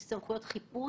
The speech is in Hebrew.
יש להם סמכויות חיפוש,